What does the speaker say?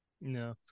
No